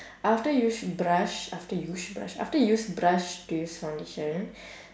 after use brush after use brush after use brush to use foundation